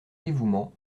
dévouement